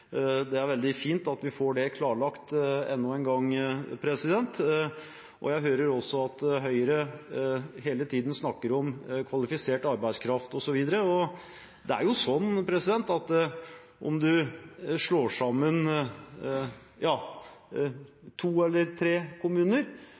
Det er veldig fint at vi får det klarlagt enda en gang. Jeg hører også at Høyre hele tiden snakker om kvalifisert arbeidskraft osv. Om man slår sammen to eller tre kommuner, blir det